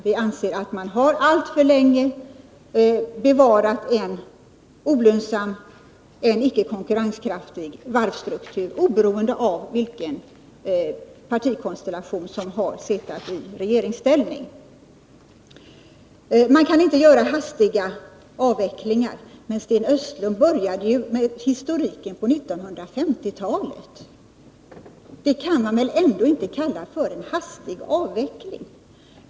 Vi anser att en olönsam och icke konkurrenskraftig varvsstruktur har bevarats alltför länge, oberoende av vilken partikonstellation som suttit i regeringsställning. Man kan inte göra hastiga avvecklingar, säger Sten Östlund. Men Sten Östlund började ju sin historik på 1950-talet! Det kan man väl ändå inte kalla för en hastig avveckling!